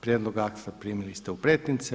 Prijedlog akta primili ste u pretince.